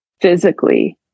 physically